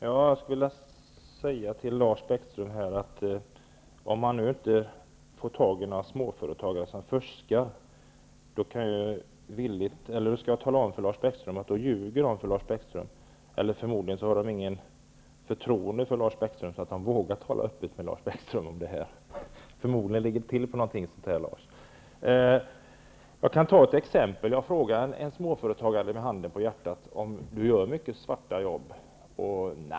Herr talman! Om Lars Bäckström inte kan få tag på några småföretagare som fuskar, kan jag tala om att de ljuger för honom eller att de inte har förtroende för honom så att de vågar tala öppet med honom. Förmodligen är det så det hela ligger till, Lars Jag skall ge ett exempel. Jag bad en småföretagare att med handen på hjärtat berätta om han utförde svarta jobb.